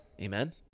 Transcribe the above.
Amen